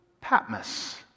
Patmos